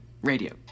radio